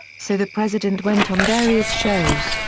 so the president went on various shows,